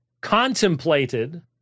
contemplated